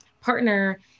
partner